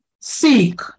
seek